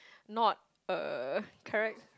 not a charac~